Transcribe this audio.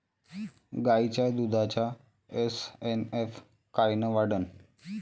गायीच्या दुधाचा एस.एन.एफ कायनं वाढन?